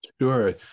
sure